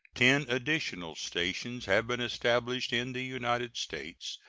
ten additional stations have been established in the united states,